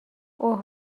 اوه